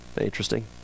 Interesting